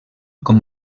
com